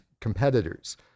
competitors